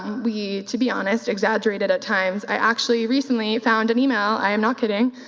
we, to be honest, exaggerated at times. i actually recently found an email, i am not kidding,